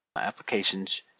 applications